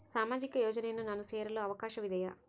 ಸಾಮಾಜಿಕ ಯೋಜನೆಯನ್ನು ನಾನು ಸೇರಲು ಅವಕಾಶವಿದೆಯಾ?